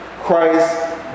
Christ